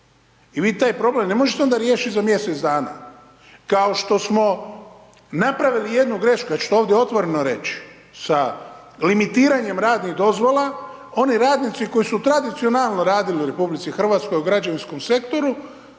i vi taj problem ne možete onda riješit za mjesec dana, kao što smo napravili jednu grešku, ja ću to ovdje otvoreno reći, sa limitiranjem radnih dozvola oni radnici koji su tradicionalno radili u RH u građevinskom sektoru